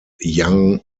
yang